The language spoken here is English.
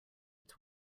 its